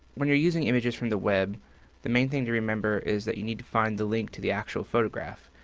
when you're using images from the web the main thing to remember is that you need to find the link to the actual photograph.